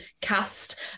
cast